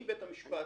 אם בית המשפט,